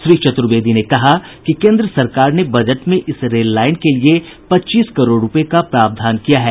श्री चतुर्वेदी ने कहा कि केन्द्र सरकार ने बजट में इस रेल लाईन के लिये पच्चीस करोड़ रूपये का प्रावधान किया है